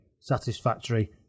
satisfactory